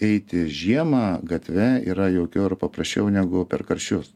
eiti žiemą gatve yra jaukiau ir paprasčiau negu per karščius